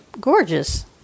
gorgeous